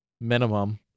Minimum